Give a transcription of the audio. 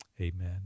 Amen